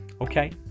okay